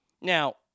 Now